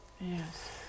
Yes